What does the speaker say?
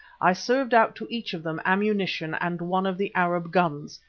i served out to each of them ammunition and one of the arab guns,